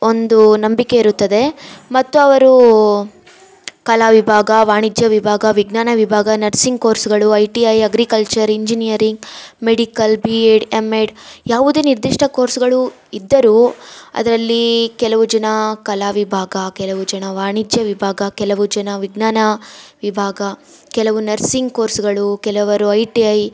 ಒಂದು ನಂಬಿಕೆ ಇರುತ್ತದೆ ಮತ್ತು ಅವರು ಕಲಾ ವಿಭಾಗ ವಾಣಿಜ್ಯ ವಿಭಾಗ ವಿಜ್ಞಾನ ವಿಭಾಗ ನರ್ಸಿಂಗ್ ಕೋರ್ಸ್ಗಳು I T I agriculture engineering medical B Ed M Ed ಯಾವುದೇ ನಿರ್ದಿಷ್ಟ ಕೋರ್ಸ್ಗಳು ಇದ್ದರು ಅದರಲ್ಲಿ ಕೆಲವು ಜನ ಕಲಾ ವಿಭಾಗ ಕೆಲವು ಜನ ವಾಣಿಜ್ಯ ವಿಭಾಗ ಕೆಲವು ಜನ ವಿಜ್ಞಾನ ವಿಭಾಗ ಕೆಲವು ನರ್ಸಿಂಗ್ ಕೋರ್ಸ್ಗಳು ಕೆಲವರು ಐ ಟಿ ಐ